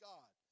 God